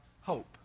hope